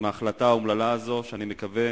עם ההחלטה האומללה הזאת, שאני מקווה